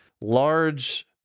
large